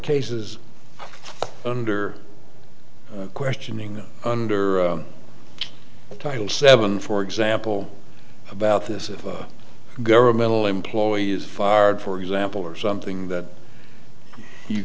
cases under questioning under title seven for example about this of governmental employees far for example or something that you